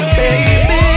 baby